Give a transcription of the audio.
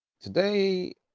Today